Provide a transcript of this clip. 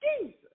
Jesus